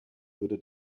würde